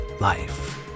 life